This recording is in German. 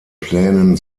plänen